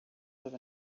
live